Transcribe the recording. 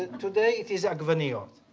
today it is agveniot.